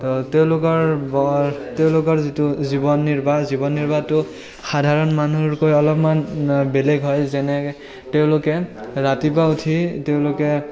তো তেওঁলোকৰ বৰ তেওঁলোকৰ যিটো জীৱন নিৰ্বাহ জীৱন নিৰ্বাহটো সাধাৰণ মানুহৰকৈ অলপমাণ বেলেগ হয় যেনে তেওঁলোকে ৰাতিপুৱা উঠি তেওঁলোকে